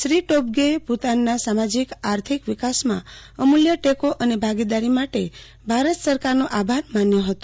શ્રી ટોબ્ગેએ ભુતાનના સામાજિક આર્થિક વિકાસમાં અમુલ્ય ટેકો અને ભાગીદારી માટે ભારત સરકારનો આભાર માન્યો હતો